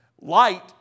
Light